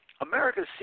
America's